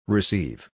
Receive